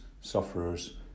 sufferers